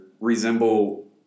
resemble